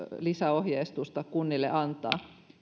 lisäohjeistusta kunnille antaa